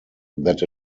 that